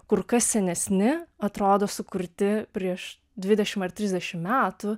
kur kas senesni atrodo sukurti prieš dvidešimt ar trisdešimt metų